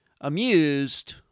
amused